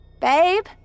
Babe